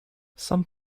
some